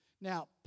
Now